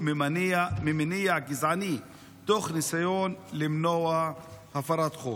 ממניע גזעני תוך ניסיון למנוע הפרת חוק.